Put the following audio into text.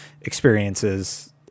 experiences